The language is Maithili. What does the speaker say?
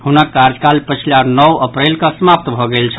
हुनक कार्यकाल पछिला नओ अप्रैल कऽ समाप्त भऽ गेल छल